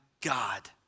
God